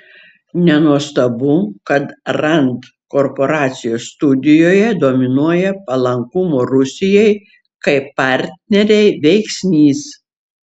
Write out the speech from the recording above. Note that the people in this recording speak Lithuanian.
nenuostabu kad rand korporacijos studijoje dominuoja palankumo rusijai kaip partnerei veiksnys